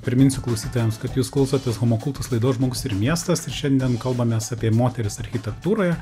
priminsiu klausytojams kad jūs klausotės homo kultas laidos žmogus ir miestas ir šiandien kalbamės apie moteris architektūroje